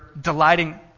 delighting